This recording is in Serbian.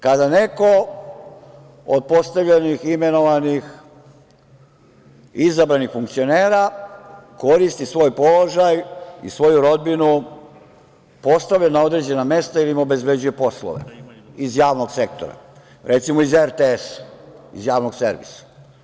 Kada neko od postavljenih, imenovanih, izabranih funkcionera koristi svoj položaj i svoju rodbinu postavi na određena mesta ili im obezbeđuje poslove iz javnog sektora, recimo iz RTS-a, iz javnog servisa.